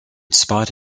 spite